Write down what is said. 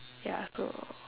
ya so